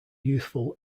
youthful